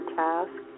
task